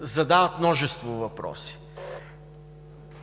задават множество въпроси.